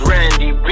Randy